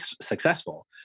successful